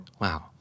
Wow